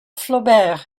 flaubert